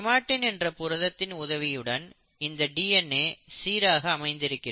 chromatin என்ற புரதத்தின் உதவியுடன் இந்த டிஎன்ஏ சீராக அமைந்திருக்கும்